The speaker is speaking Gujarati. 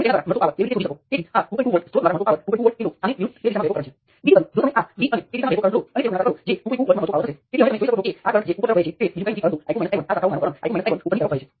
અને તમે પણ જોઈ શકો છો કે આ ચોક્કસ કિસ્સામાં તેમાંથી માત્ર એકનું મર્યાદિત મૂલ્ય કેમ છે